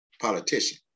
politician